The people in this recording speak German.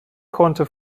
konnte